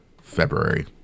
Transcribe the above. february